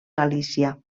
galícia